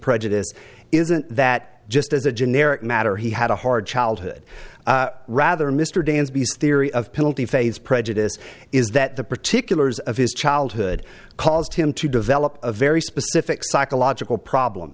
prejudice isn't that just as a generic matter he had a hard childhood rather mr danby's theory of penalty phase prejudice is that the particulars of his childhood caused him to develop a very specific psychological problem